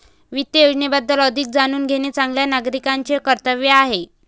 वित्त योजनेबद्दल अधिक जाणून घेणे चांगल्या नागरिकाचे कर्तव्य आहे